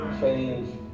Change